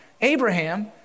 Abraham